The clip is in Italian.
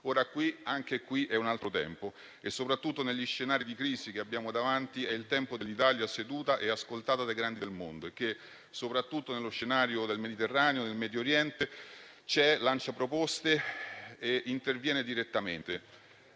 Ora, anche qui, è un altro tempo e, soprattutto negli scenari di crisi che abbiamo davanti, è il tempo dell'Italia seduta, ascoltata dai grandi del mondo e, soprattutto nello scenario del Mediterraneo e del Medio Oriente, c'è, lancia proposte e interviene direttamente.